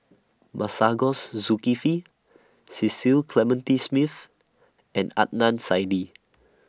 Masagos Zulkifli Cecil Clementi Smith and Adnan Saidi